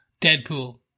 Deadpool